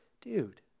dude